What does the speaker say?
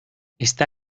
está